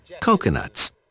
coconuts